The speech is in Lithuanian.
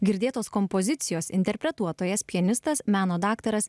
girdėtos kompozicijos interpretuotojas pianistas meno daktaras